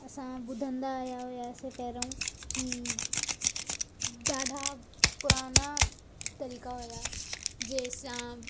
असां ॿुधंदा हुया हुआसीं पहिरियों की ॾाढा पुराणा तरीक़ा हुया जंहिंसां